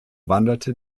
wanderte